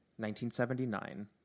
1979